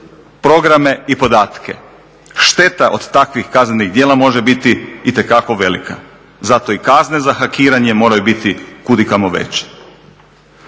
programe i podatke. Šteta od takvih kaznenih djela može biti itekako velika, zato i kazne za hakiranje moraju biti kudikamo veće.